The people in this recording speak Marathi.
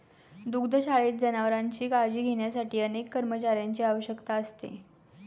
दुग्धशाळेत जनावरांची काळजी घेण्यासाठी अनेक कर्मचाऱ्यांची आवश्यकता असते